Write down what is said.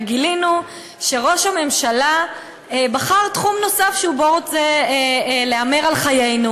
וגילינו שראש הממשלה בחר תחום נוסף שבו הוא רוצה להמר על חיינו.